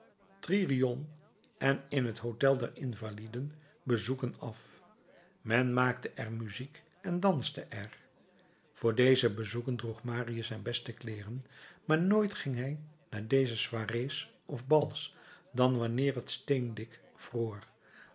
tririon en in het hôtel der invaliden bezoeken af men maakte er muziek en danste er voor deze bezoeken droeg marius zijn beste kleêren maar nooit ging hij naar deze soirées of bals dan wanneer het steendik vroor